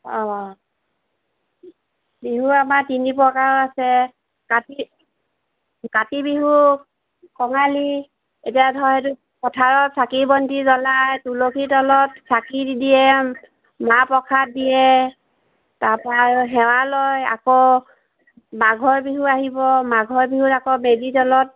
অঁ বিহু আমাৰ তিনি প্ৰকাৰৰ আছে কাতি কাতি বিহু কঙালী এতিয়া ধৰ সেইটো পথাৰত চাকি বন্তি জ্বলায় তুলসী তলত চাকি দি দিয়ে মাহ প্ৰসাদ দিয়ে তাৰপৰা আৰু সেৱা লয় আকৌ মাঘৰ বিহু আহিব মাঘৰ বিহুত আক মেজি জ্বলক